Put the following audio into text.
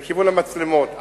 לכיוון המצלמות.